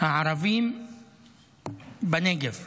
הערבים בנגב,